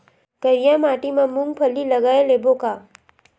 करिया माटी मा मूंग फल्ली लगय लेबों का?